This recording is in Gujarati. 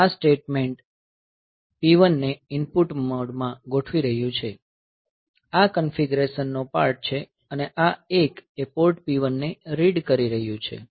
આ સ્ટેટમેંટ P1 ને ઇનપુટ મોડમાં ગોઠવી રહ્યું છે આ કન્ફીગરેશન નો પાર્ટ છે અને આ 1 એ પોર્ટ P1 ને રીડ કરી રહ્યું છે